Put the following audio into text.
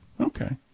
Okay